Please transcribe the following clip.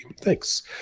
thanks